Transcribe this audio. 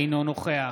אינו נוכח